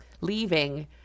leaving